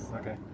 Okay